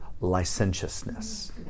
licentiousness